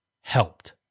helped